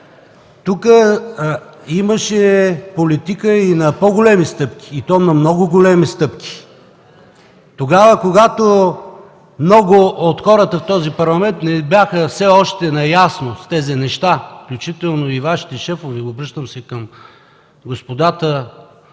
тука имаше политика и на по-големи стъпки, и то на много големи стъпки, когато много от хората в този Парламент не бяха все още наясно с тези неща, включително и Вашите шефове – обръщам се към господата от